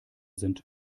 sind